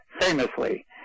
famously